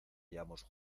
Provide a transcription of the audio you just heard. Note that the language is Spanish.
hayamos